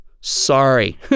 sorry